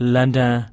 London